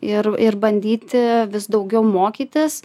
ir ir bandyti vis daugiau mokytis